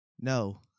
no